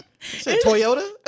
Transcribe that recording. Toyota